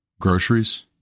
groceries